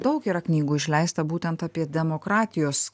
daug yra knygų išleista būtent apie demokratijos